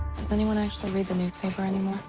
does anyone actually read the newspaper anymore,